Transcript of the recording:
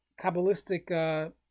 kabbalistic